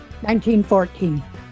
1914